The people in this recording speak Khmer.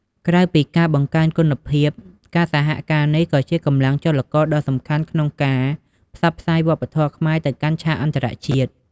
ក្រៅពីការបង្កើនគុណភាព ការសហការនេះក៏ជាកម្លាំងចលករដ៏សំខាន់ក្នុងការ ផ្សព្វផ្សាយវប្បធម៌ខ្មែរទៅកាន់ឆាកអន្តរជាតិ។